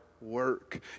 work